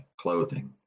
clothing